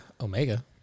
Omega